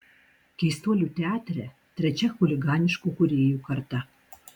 keistuolių teatre trečia chuliganiškų kūrėjų karta